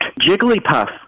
Jigglypuff